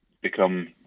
become